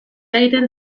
egiten